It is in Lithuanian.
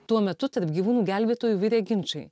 tuo metu tarp gyvūnų gelbėtojų virė ginčai